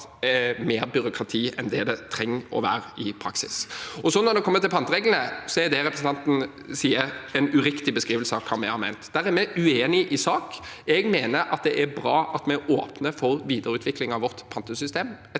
mer byråkrati enn det det trenger å være i praksis. Når det gjelder pantereglene, er det representanten sier, en uriktig beskrivelse av hva vi har ment. Der er vi uenig i sak. Jeg mener det er bra at vi er åpne for videreutvikling av vårt pantesystem,